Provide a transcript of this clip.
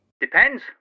Depends